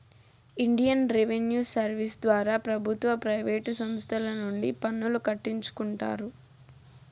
Indian revenue service ద్వారా ప్రభుత్వ private సంస్తల నుండి పన్నులు కట్టించుకుంటారు